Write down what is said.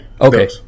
Okay